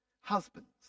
husbands